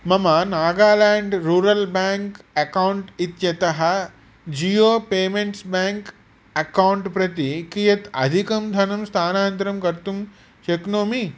मम Nagaland rural bank account इत्यतः Jio payments bank account प्रति कियत् अधिकं धनं स्थानान्तरं कर्तुं शक्नोमि